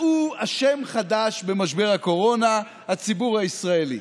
מצאו שם חדש במשבר הקורונה: הציבור הישראלי.